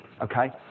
okay